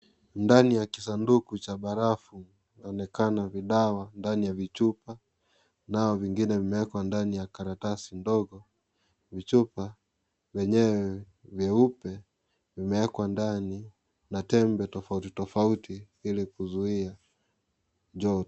Ndani ya kisanduku cha barafu inaonekana vidawa ndani ya vichupa ,nao vingine vimeekwa ndani ya karatasi ndogo vichupa vyenyewe vyeupe vimeekwa ndani na tembe tofauti tofauti ili kuzuia joto.